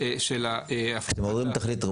של --- תכלית,